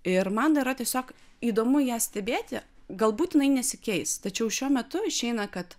ir man yra tiesiog įdomu ją stebėti galbūt jinai nesikeis tačiau šiuo metu išeina kad